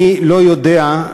אני לא יודע,